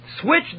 switch